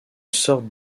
sorte